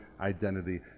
identity